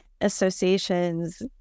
associations